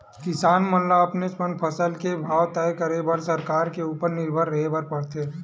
किसान मन ल अपनेच फसल के भाव तय करे बर सरकार के उपर निरभर रेहे बर परथे